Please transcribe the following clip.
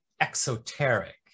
exoteric